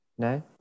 No